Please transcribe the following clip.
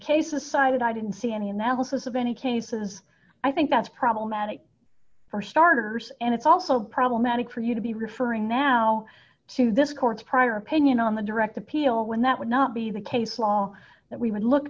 cases cited i didn't see any analysis of any cases i think that's problematic for starters and it's also problematic for you to be referring now to this court's prior opinion on the direct appeal when that would not be the case law that we would look